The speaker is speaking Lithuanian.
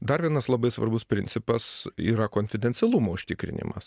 dar vienas labai svarbus principas yra konfidencialumo užtikrinimas